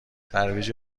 ترویج